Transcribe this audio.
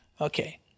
Okay